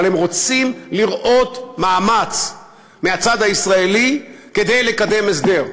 אבל הם רוצים לראות מאמץ מהצד הישראלי כדי לקדם הסדר.